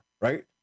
right